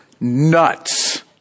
nuts